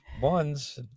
ones